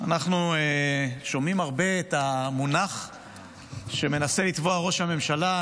אנחנו שומעים הרבה את המונח שמנסה לטבוע ראש הממשלה,